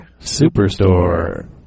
Superstore